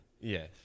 Yes